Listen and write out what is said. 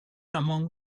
among